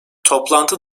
toplantı